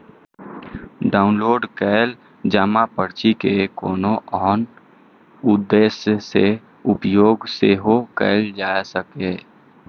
download कैल जमा पर्ची के कोनो आन उद्देश्य सं उपयोग सेहो कैल जा सकैए